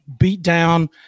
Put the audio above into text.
beatdown